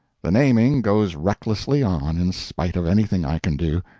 the naming goes recklessly on, in spite of anything i can do.